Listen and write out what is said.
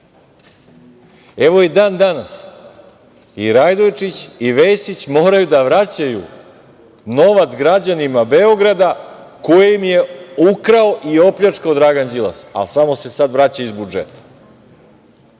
Evo i dan danas i Radojčić i Vesić moraju da vraćaju novac građanima Beograda koji im je ukrao i opljačkao Dragan Đilas, ali samo se sada vraća iz budžeta.